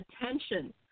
Attention